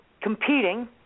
competing